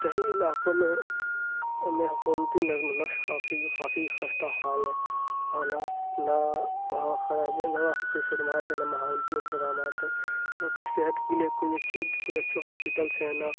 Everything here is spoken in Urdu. دیہی علاقوں میں میں حكومتی نظم و نسق کافی کافی خستہ حال ہے وہاں نہ نہ وہاں خرابیاں نہ وہاں کی کوئی خدمات ہیں نہ ماحولیتی انتظامات ہیں نہ کوئی صحت کے لیے کوئی اچھی کوئی اچھے ہاسپیٹلس ہیں نہ